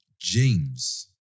James